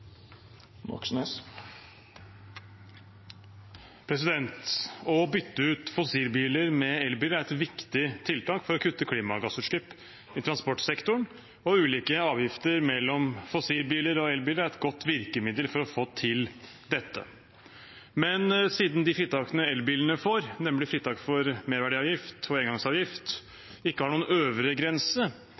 et viktig tiltak for å kutte klimagassutslipp i transportsektoren, og ulike avgifter mellom fossilbiler og elbiler er et godt virkemiddel for å få til dette. Men siden de fritakene elbilene får, nemlig fritak for merverdiavgift og engangsavgift, ikke har noen øvre grense,